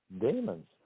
demons